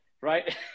right